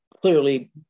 clearly